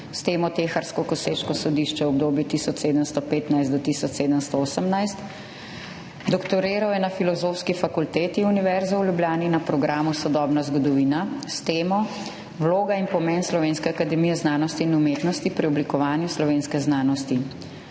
s temo Teharsko koseško sodišče v obdobju 1715–1718, doktoriral je na Filozofski fakulteti Univerze v Ljubljani na programu Sodobna zgodovina s temo Vloga in pomen Slovenske akademije znanosti in umetnosti pri oblikovanju slovenske znanosti,